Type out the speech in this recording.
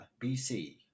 BC